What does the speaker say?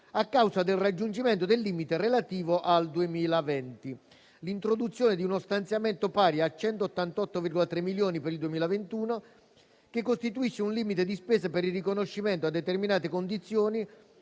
a causa del raggiungimento del limite relativo al 2020. Si stabilisce, inoltre, l'introduzione di uno stanziamento pari a 188,3 milioni per il 2021, che costituisce un limite di spesa per il riconoscimento a determinate condizioni